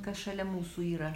kas šalia mūsų yra